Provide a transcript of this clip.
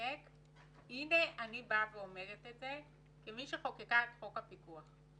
המחוקק שחוקק את חוק הפיקוח.